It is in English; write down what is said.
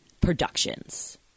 Productions